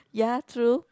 ya true